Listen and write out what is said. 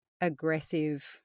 aggressive